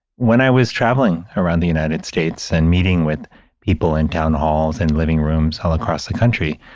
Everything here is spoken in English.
when i was traveling around the united states and meeting with people in town halls and living rooms all across the country,